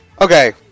Okay